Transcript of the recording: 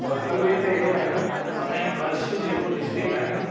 फसल में त अहिड़ो आहे न असांजी कच्छ जेको डिस्ट्रिक आहे न